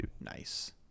Nice